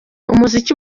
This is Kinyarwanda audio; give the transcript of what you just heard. umuziki